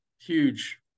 huge